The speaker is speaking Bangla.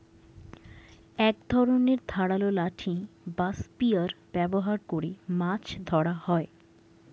এক ধরনের ধারালো লাঠি বা স্পিয়ার ব্যবহার করে মাছ ধরা হয়